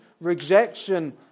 rejection